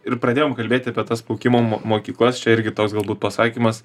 ir pradėjom kalbėti apie tas plaukimo mo mokyklas čia irgi toks galbūt pasakymas